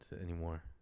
anymore